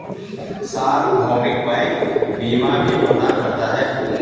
सार्वभौमिक बैंक बीमा भी प्रदान करता है